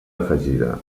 afegida